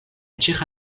ĉeĥa